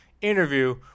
interview